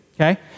okay